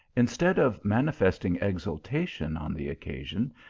instead of manifest ing exultation on the occasion,